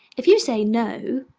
if you say no,